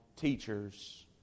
teachers